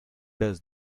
does